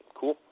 cool